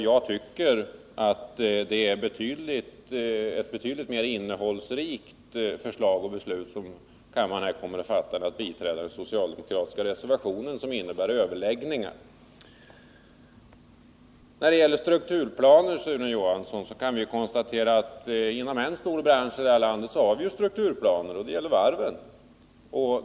Jag tycker det är ett betydligt mer innehållsrikt förslag för kammaren att besluta om än den socialdemokratiska reservationen som innebär överläggningar. När det gäller strukturplaner, Sune Johansson, kan vi konstatera att inom en stor bransch i detta land har vi ju strukturplaner, nämligen varven.